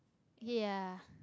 ya